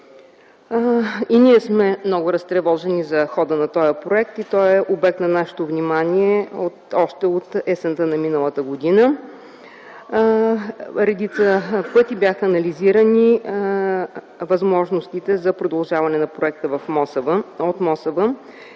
Ние сме много разтревожени за хода на този проект и той е обект на нашето внимание още от есента на миналата година. Редица пъти бяха анализирани възможностите за продължаване на проекта от МОСВ.